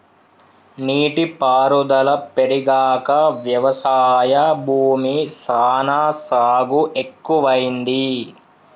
నీటి పారుదల పెరిగాక వ్యవసాయ భూమి సానా సాగు ఎక్కువైంది